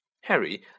Harry